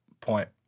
point